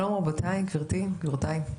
שלום רבותיי, גברתי, גבירותיי,